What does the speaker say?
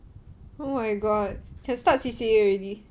oh my god can start C_C_A already